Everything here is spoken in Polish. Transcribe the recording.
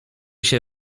się